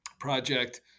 project